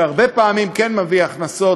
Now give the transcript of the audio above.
שהרבה פעמים כן מביא הכנסות,